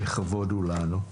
לכבוד הוא לנו.